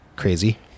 crazy